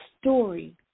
story